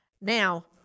now